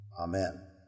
Amen